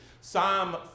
Psalm